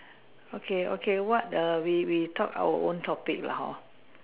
okay okay what err we we talk our own topic lah hor